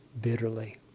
bitterly